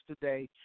today